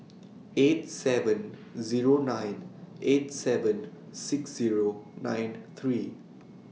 eight seven Zero nine eight seven six Zero nine three